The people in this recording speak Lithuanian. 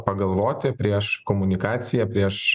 pagalvoti prieš komunikaciją prieš